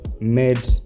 made